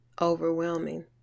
overwhelming